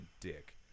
dick